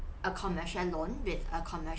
a convention loan with a convention